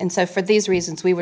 and so for these reasons we would